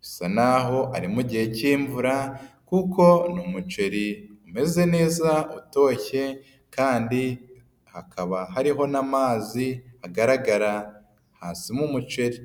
bisa naho ari mu gihe cy'imvura kuko ni umuceri umeze neza utoshye kandi hakaba hariho n'amazi agaragara hasi mu muceri.